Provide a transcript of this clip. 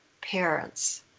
parents